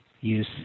use